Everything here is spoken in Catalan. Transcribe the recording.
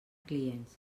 clients